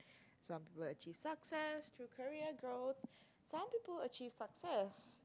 some people will choose success preferring a goal some people achieve success